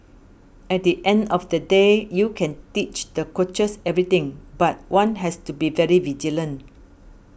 at the end of the day you can teach the coaches everything but one has to be very vigilant